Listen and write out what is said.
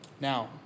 Now